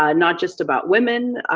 ah not just about women,